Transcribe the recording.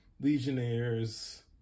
Legionnaires